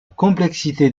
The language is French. complexité